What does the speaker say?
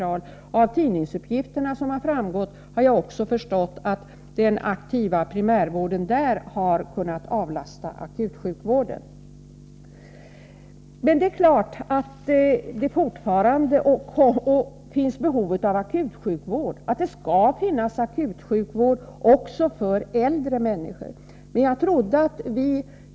Av tidningsuppgifter har det framgått att den aktiva primärvården där har kunnat avlasta akutsjukvården. Det är klart att det fortfarande finns behov av akutsjukvård och att det skall finnas akutsjukvård också för äldre människor.